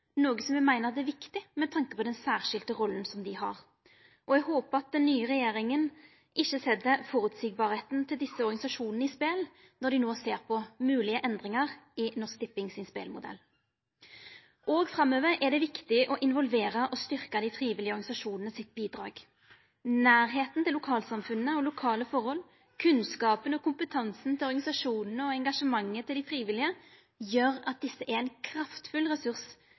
noko som eg meiner er viktig med tanke på den særskilte rolla som dei har. Eg håpar at den nye regjeringa ikkje set dei føreseielege vilkåra til desse organisasjonane på spel når dei nå ser på moglege endringar i Norsk Tippings spelemodell. Framover er det viktig å involvera og styrkja bidraget til dei frivillige organisasjonane. Nærleiken til lokalsamfunna og lokale forhold, kunnskapen og kompetansen til organisasjonane og engasjementet til dei frivillige gjer at desse er ein kraftfull ressurs